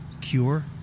cure